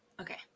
Okay